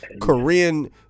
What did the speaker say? Korean